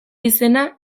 izena